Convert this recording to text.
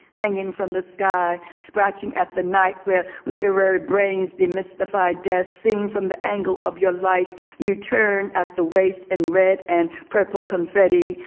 hanging from the sky. scratching at the night where literary brains demystified death sing from the angle of your life. you turn at the waist in red and purple confetti.